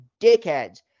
dickheads